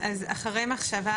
אז אחרי מחשבה,